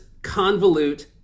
convolute